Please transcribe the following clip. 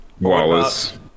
Wallace